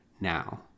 now